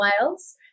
Wales